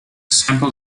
sample